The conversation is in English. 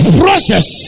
process